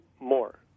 more